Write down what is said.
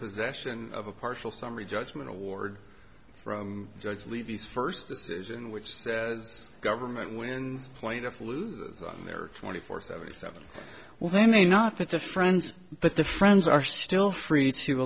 possession of a partial summary judgment award from judge levy's first in which the government when plaintiff loses on their twenty four seventy seven well they may not get the friends but the friends are still free to